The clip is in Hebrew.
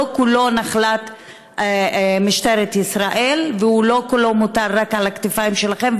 כולו נחלת משטרת ישראל ולא כולו מוטל רק על הכתפיים שלכם,